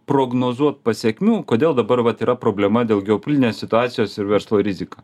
prognozuot pasekmių kodėl dabar vat yra problema dėl geopolitinės situacijos ir verslo rizika